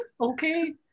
Okay